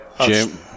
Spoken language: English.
Jim